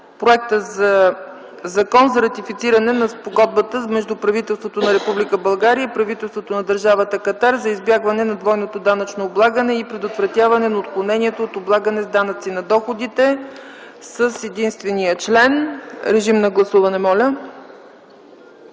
Законопроект за ратифициране на Спогодбата между правителството на Република България и правителството на Държавата Катар за избягване на двойното данъчно облагане и предотвратяване на отклонението от облагане с данъци на доходите, № 002-02-36, внесен от